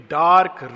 dark